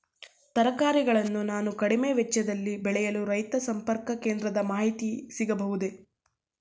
ತರಕಾರಿಗಳನ್ನು ನಾನು ಕಡಿಮೆ ವೆಚ್ಚದಲ್ಲಿ ಬೆಳೆಯಲು ರೈತ ಸಂಪರ್ಕ ಕೇಂದ್ರದ ಮಾಹಿತಿ ಸಿಗಬಹುದೇ?